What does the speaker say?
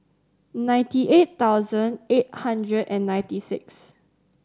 ninety eight thousand eight hundred and ninety six